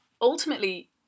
ultimately